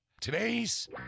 Today's